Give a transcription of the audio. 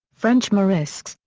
french morisques,